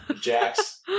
Jax